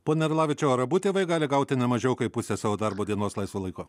pone arlavičiau ar abu tėvai gali gauti ne mažiau kaip pusę savo darbo dienos laisvo laiko